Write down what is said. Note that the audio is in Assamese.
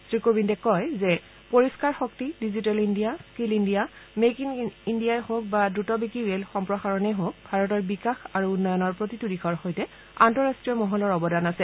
শ্ৰীকোবিন্দে কয় যে পৰিস্কাৰ শক্তি digital India skill India make in ইণ্ডিয়াই হওক বা দ্ৰতবেগী ৰেল সম্প্ৰসাৰণেই হওক ভাৰতৰ বিকাশ আৰু উন্নয়নৰ প্ৰতিটো দিশৰ সৈতে আন্তঃৰাষ্ট্ৰীয় মহলৰ অৱদান আছে